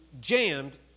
jammed